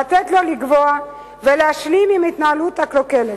לתת לו לגווע ולהשלים עם ההתנהלות הקלוקלת,